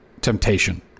Temptation